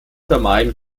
vermeiden